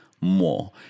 more